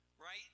right